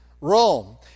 Rome